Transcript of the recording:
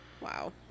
Wow